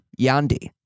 Yandi